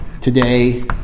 today